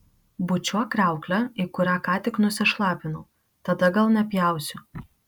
bučiuok kriauklę į kurią ką tik nusišlapinau tada gal nepjausiu